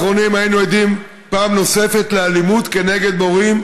בימים האחרונים היינו עדים פעם נוספת לאלימות כנגד מורים,